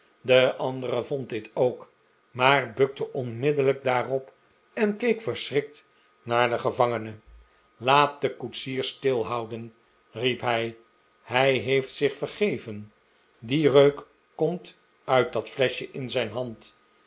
de andere vond dit ook maar b ukte onmiddellijk daarop en keek verschrikt naar den gevangene laat de koetsier stilhouden riep hij hij heeft zich vergeven die reuk komt uit dat fleschje in zijn hand